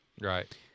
Right